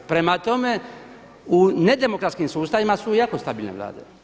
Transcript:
Prema tome, u nedemokratskim sustavima su jako stabilne Vlade.